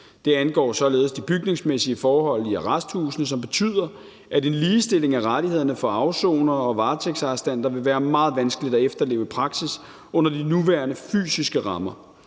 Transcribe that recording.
Det angår således de bygningsmæssige forhold i arresthusene, som betyder, at en ligestilling af rettighederne for afsonere og varetægtsarrestanter vil være meget vanskelig at efterleve i praksis under de nuværende fysiske rammer.